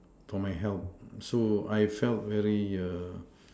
for my help so I felt very err